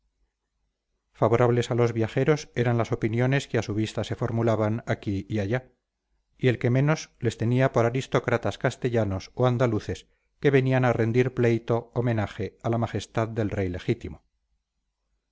favorables a los viajeros eran las opiniones que a su vista se formulaban aquí y allá y el que menos les tenía por aristócratas castellanos o andaluces que venían a rendir pleito homenaje a la majestad del rey legítimo